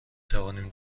توانیم